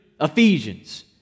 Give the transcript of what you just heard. Ephesians